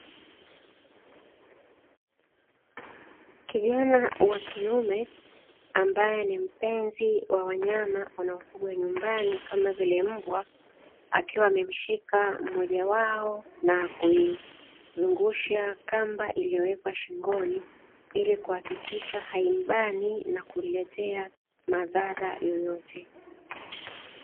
Kijana wa kiume ambaye ni mpenzi wa wanyama wanaofugwa nyumbani kama vile mbwa, akiwa amemshika mmoja wao na kuizungusha kamba iliyowekwa shingoni ili kuhakikisha haimbani na kumletea madhara yoyote.